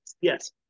yes